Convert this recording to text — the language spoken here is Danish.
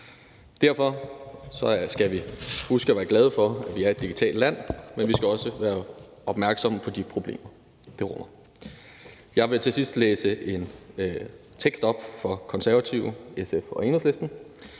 Derfor skal vi huske at være glade for, at vi er et digitalt land, men vi skal også være opmærksomme på de problemer, det rummer. Jeg vil til sidst læse en vedtagelsestekst op på vegne af Konservative, SF og Enhedslisten,